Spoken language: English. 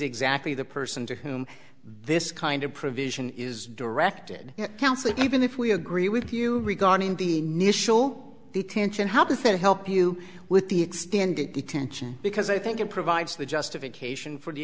exactly the person to whom this kind of provision is directed counseling even if we agree with you regarding the nissho detention how does that help you with the extended detention because i think it provides the justification for the